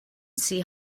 see